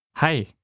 Hi